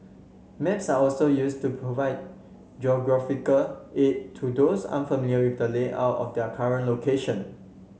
maps are also used to provide geographical aid to those unfamiliar with the layout of their current location